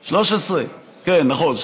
2013. 2013. כן, נכון.